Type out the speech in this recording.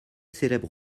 célèbre